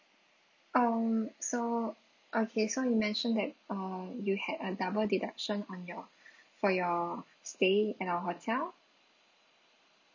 um so okay so you mentioned that um you had a double deduction on you for your stay at our hotel